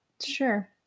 sure